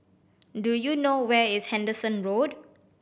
do you know where is Henderson Road